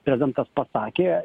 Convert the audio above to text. prezidentas pasakė